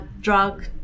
drug